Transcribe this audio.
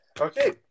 Okay